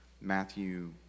Matthew